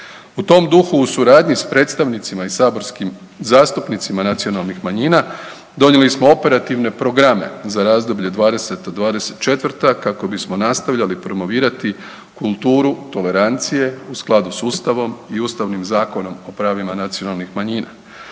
U tom duhu, u suradnji s predstavnicima i saborskim zastupnicima nacionalnih manjina, donijeli smo operativne programe za razdoblje '20.-'24. kako bi smo nastavljali promovirati kulturu tolerancije u skladu s Ustavom i Ustavnim zakonom o pravima nacionalnih manjina.